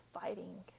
fighting